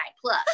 plus